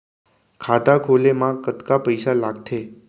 खाता खोले मा कतका पइसा लागथे?